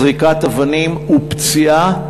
זריקת אבנים ופציעה,